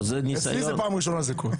אצלי זו פעם ראשונה שזה קורה.